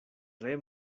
tre